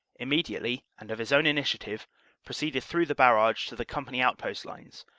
immediately and of his own initiative proceeded through the barrage to the company outpost lines,